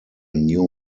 new